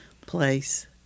place